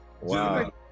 Wow